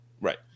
Right